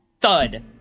thud